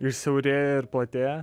ir siaurėja ir platėja